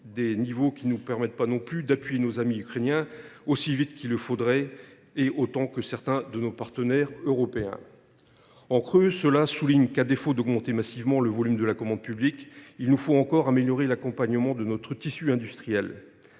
; niveaux qui ne nous permettent pas non plus d’appuyer nos amis ukrainiens aussi vite qu’il le faudrait et autant que certains de nos partenaires européens. Nous l’observons en creux : à défaut d’augmenter massivement le volume de la commande publique, il nous faut encore améliorer l’accompagnement de notre tissu industriel.